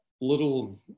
little